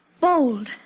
bold